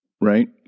Right